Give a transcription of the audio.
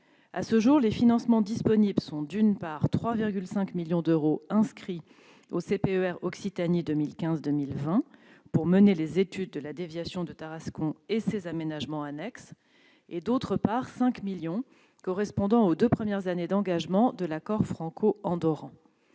À ce jour, les financements disponibles sont, d'une part, 3,5 millions d'euros inscrits au CPER Occitanie 2015-2020 pour mener les études de la déviation de Tarascon et ses aménagements annexes, et, d'autre part, 5 millions d'euros correspondant aux deux premières années d'engagement de l'accord franco-andorran.